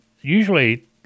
usually